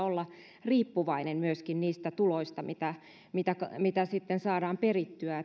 myöskin olla riippuvainen niistä tuloista mitä mitä sitten saadaan perittyä